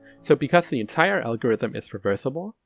so because the entire algorithm is reversible,